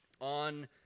on